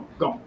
go